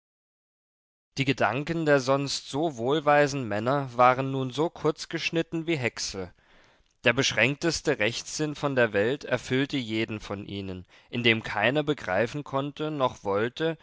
die gedanken der sonst so wohlweisen männer waren nun so kurz geschnitten wie häcksel der beschränkteste rechtssinn von der welt erfüllte jeden von ihnen indem keiner begreifen konnte noch wollte